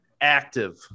Active